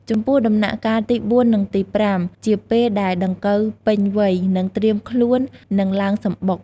ចំពោះដំណាក់កាលទី៤ និងទី៥ ជាពេលដែលដង្កូវពេញវ័យ នឹងត្រៀមខ្លួននឹងឡើងសំបុក។